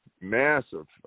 massive